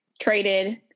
traded